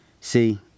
See